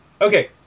Okay